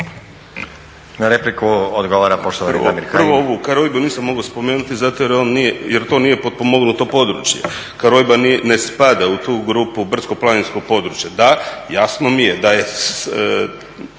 Na repliku odgovara poštovani Damir Kajin.